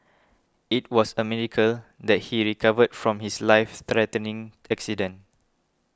it was a miracle that he recovered from his life threatening accident